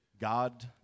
God